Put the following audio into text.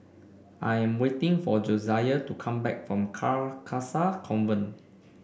I'm waiting for Josiah to come back from Carcasa Convent